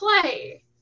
play